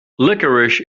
licorice